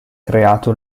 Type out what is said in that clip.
creato